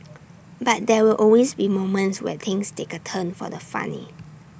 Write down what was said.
but there will always be moments where things take A turn for the funny